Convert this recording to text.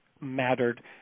mattered